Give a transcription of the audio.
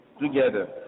together